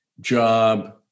job